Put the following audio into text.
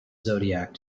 zodiac